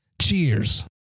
Cheers